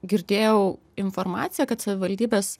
girdėjau informaciją kad savivaldybės